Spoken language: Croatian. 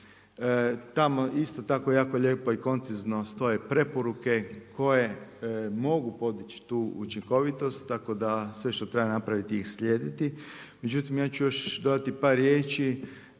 Tamo isto tako jako lijepo i koncizno stoje preporuke koje mogu podići tu učinkovitost tako da sve što treba napraviti ih slijediti. Međutim ja ću još dodati par riječi